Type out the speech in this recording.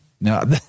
No